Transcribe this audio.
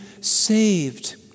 saved